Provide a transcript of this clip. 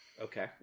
Okay